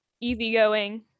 easygoing